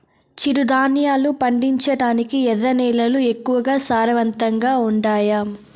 చిరుధాన్యాలు పండించటానికి ఎర్ర నేలలు ఎక్కువగా సారవంతంగా ఉండాయా